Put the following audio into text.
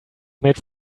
made